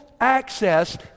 access